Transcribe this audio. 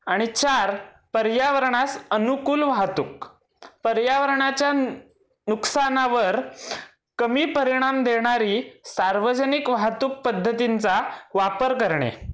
आणि चार पर्यावरणास अनुकूल वाहतूक पर्यावरणाच्या नुकसानावर कमी परिणाम देणारी सार्वजनिक वाहतूक पद्धतींचा वापर करणे